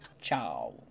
Ciao